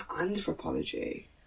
anthropology